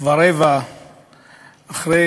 ורבע אחרי